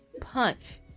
punch